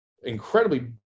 incredibly